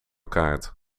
kaart